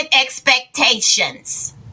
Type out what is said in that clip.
expectations